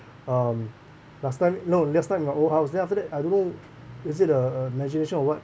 um last time no last time in my old house then after that I don't know is it a a imagination or what